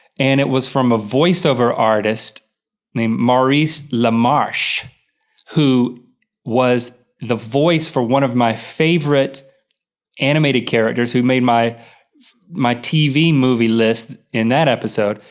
and it was from a voiceover artist named maurice lamarche who was the voice for one of my favorite animated characters who made my my tv movie list, in that episode,